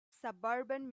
suburban